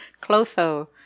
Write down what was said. Clotho